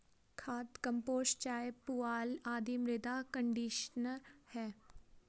खाद, कंपोस्ट चाय, पुआल आदि मृदा कंडीशनर है